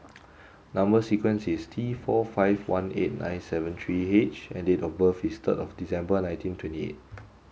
number sequence is T four five one eight nine seven three H and date of birth is third of December nineteen twenty eight